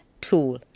tool